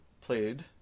played